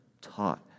taught